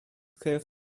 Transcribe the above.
krajów